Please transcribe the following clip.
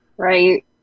Right